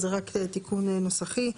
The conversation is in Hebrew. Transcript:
זה רק תיקון נוסחי,